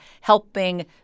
helping